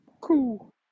Cool